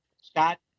scott